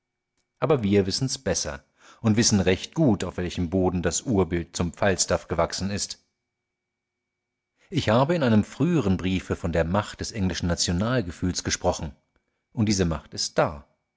aber wir wissen's besser und wissen recht gut auf welchem boden das urbild zum falstaff gewachsen ist ich habe in einem frühern briefe von der macht des englischen nationalgefühls gesprochen und diese macht ist da